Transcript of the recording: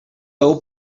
heu